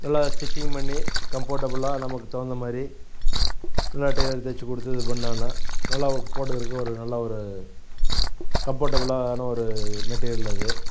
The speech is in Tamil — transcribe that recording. நல்லா ஸ்டிச்சிங் பண்ணி கம்போர்டபுளாக நமக்கு தகுந்தமாரி நல்லா டெய்லர் தைச்சிக்குடுத்து இது பண்ணான நல்லா போட்டுக்கிறக்கும் ஒரு நல்ல ஒரு கம்போர்டபுளான ஒரு மெட்டீரியல் அது